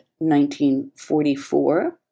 1944